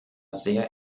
sehr